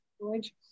George